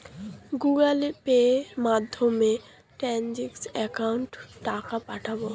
Google পের মাধ্যমে trading একাউন্টে টাকা পাঠাবো?